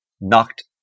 knocked